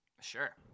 Sure